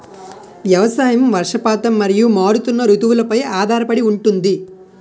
వ్యవసాయం వర్షపాతం మరియు మారుతున్న రుతువులపై ఆధారపడి ఉంటుంది